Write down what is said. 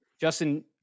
Justin